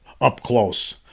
up-close